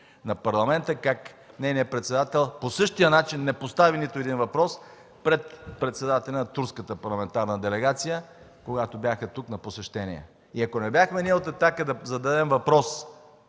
на Парламента, как нейният председател по същия начин не постави нито един въпрос пред председателя на турската парламентарна делегация, когато бяха тук на посещение. Ако не бяхме ние от „Атака” да зададем въпрос